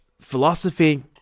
philosophy